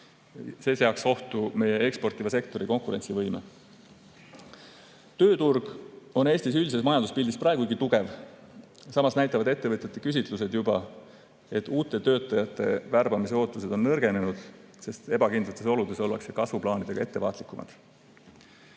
See seaks ohtu meie eksportiva sektori konkurentsivõime. Tööturg on Eesti üldises majanduspildis praegu tugev. Samas näitavad ettevõtete küsitlused, et uute töötajate värbamise ootused on nõrgenenud, sest ebakindlates oludes ollakse kasvuplaanidega ettevaatlikumad.